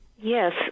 Yes